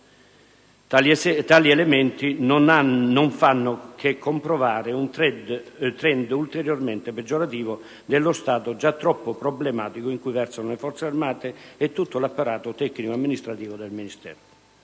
Tali elementi non fanno che comprovare un *trend* ulteriormente peggiorativo dello stato già troppo problematico in cui versano le nostre Forze armate e tutto l'apparato tecnico-amministrativo del Ministero.